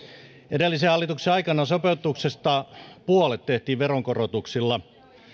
edellisen hallituksen aikana sopeutuksesta puolet tehtiin veronkorotuksilla